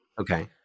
Okay